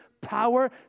power